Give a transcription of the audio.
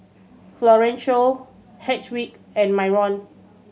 Florencio Hedwig and Myron